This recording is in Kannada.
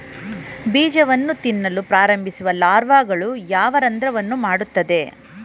ಬೀಜವನ್ನು ತಿನ್ನಲು ಪ್ರಾರಂಭಿಸುವ ಲಾರ್ವಾಗಳು ಯಾವ ರಂಧ್ರವನ್ನು ಮಾಡುತ್ತವೆ?